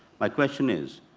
my question is,